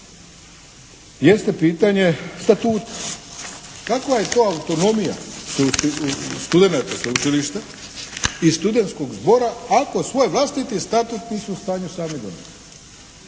jeste pitanje statuta. Kakva je to autonomija studenata sveučilišta i studentskog zbora ako svoj vlastiti statut nisu u stanju sami donesti.